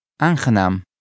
Aangenaam